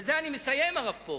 ובזה אני מסיים, הרב פרוש,